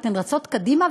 אתן רצות קדימה,